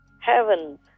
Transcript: heaven